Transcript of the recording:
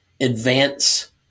advance